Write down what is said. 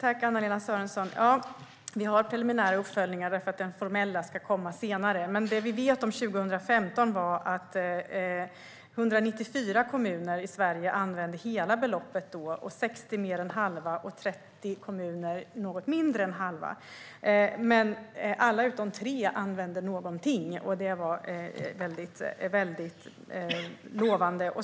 Herr talman! Vi har en preliminär uppföljning eftersom den formella ska komma senare. Det vi vet om 2015 är dock att 194 kommuner i Sverige använde hela beloppet, att 60 kommuner använde mer än halva beloppet och att 30 kommuner använde något mindre än halva beloppet. Alla kommuner utom tre använde dock något, och det är väldigt lovande.